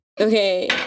Okay